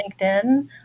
LinkedIn